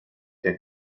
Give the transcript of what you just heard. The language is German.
der